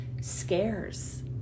scares